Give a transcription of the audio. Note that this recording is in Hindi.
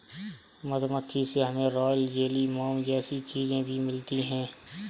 मधुमक्खी से हमे रॉयल जेली, मोम जैसी चीजे भी मिलती है